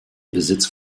besitz